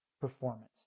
performance